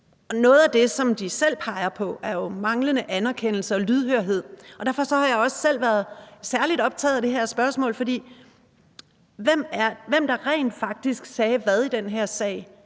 noget af det, som de selv peger på, er jo manglende anerkendelse og lydhørhed. Derfor har jeg også selv været særlig optaget af det her spørgsmål om, hvem der rent faktisk sagde hvad i den her sag.